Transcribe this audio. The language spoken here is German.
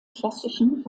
klassischen